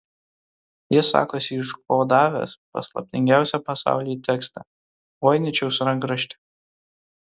jis sakosi iškodavęs paslaptingiausią pasaulyje tekstą voiničiaus rankraštį